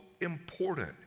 important